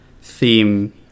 theme